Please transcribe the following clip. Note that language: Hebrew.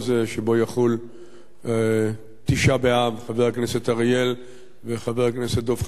שבו יחול תשעה באב: חבר הכנסת אריאל וחבר הכנסת דב חנין,